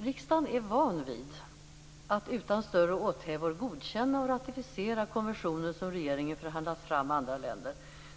Riksdagen är van vid att utan större åthävor godkänna och ratificera konventioner som regeringen förhandlat fram med andra länder.